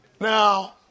Now